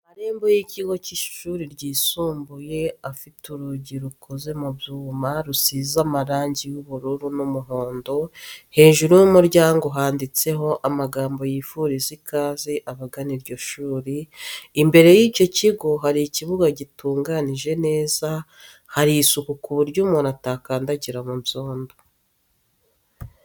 Amarembo y'ikigo cy'ishuri ryisumbuye afite urugi rukoze mu byuma rusize marangi y'ubururu n'umuhondo hejuru y'umuryango handitseho amagambo yifuriza ikaze abagana iryo shuri, imbere y'icyo kigo hari ikibuga gitunganyije neza hari isuku ku buryo umuntu atakandagira mu byondo.